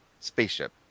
spaceship